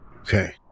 Okay